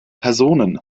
personen